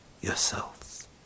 yourselves